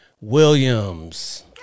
Williams